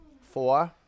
four